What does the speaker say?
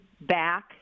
back